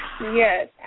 Yes